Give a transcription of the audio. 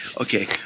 Okay